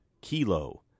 Kilo